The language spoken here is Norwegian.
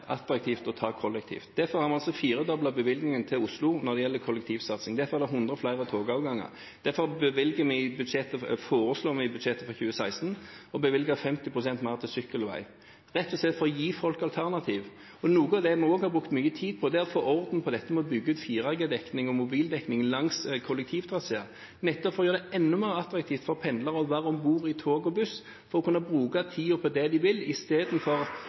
attraktivt å reise kollektivt. Derfor har vi firedoblet bevilgningen til Oslo når det gjelder kollektivsatsing, derfor er det 100 flere togavganger, og derfor foreslår vi i budsjettet for 2016 å bevilge 50 pst. mer til sykkelvei – rett og slett for å gi folk alternativer. Noe av det vi også har brukt mye tid på, er å få orden på dette med å bygge ut 4G-dekning og mobildekning langs kollektivtraseer, nettopp for å gjøre det enda mer attraktivt for pendlere å være om bord i tog og buss, ved at de skal kunne bruke tiden på det de vil, istedenfor